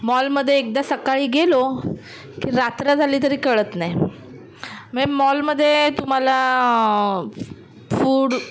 मॉलमध्ये एकदा सकाळी गेलो की रात्र झाली तरी कळत नाही म्हणजे मॉलमध्ये तुम्हाला फूड